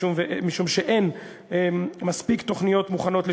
משום שאין מספיק תוכניות מוכנות לשיווק.